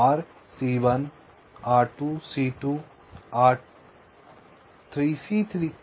R C1 R2 C2 R2 C3 इस तरह